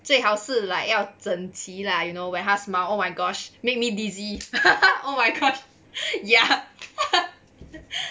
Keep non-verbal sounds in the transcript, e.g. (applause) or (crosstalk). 最好是 like 要整齐 lah you know when 他 smile oh my gosh made me dizzy (laughs) oh my god ya